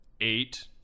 Eight